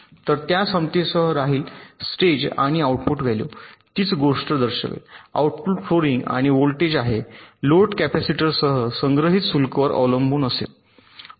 तर ते त्या क्षमतेमध्ये राहील स्टेज आणि आउटपुट व्हॅल्यू तीच गोष्ट दर्शवेल आउटपुट फ्लोटिंग आणि व्होल्टेज आहे लोड कॅपेसिटरमध्ये संग्रहित शुल्कवर अवलंबून असेल